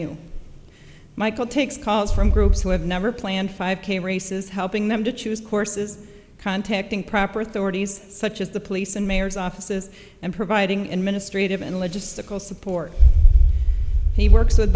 venue michael takes calls from groups who have never planned five k races helping them to choose courses contacting proper authorities such as the police and mayor's offices and providing in mistreated and logistical support he works